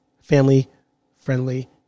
Family-friendly